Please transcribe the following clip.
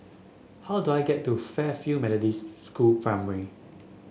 how do I get to Fairfield Methodist School Primary